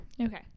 Okay